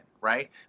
right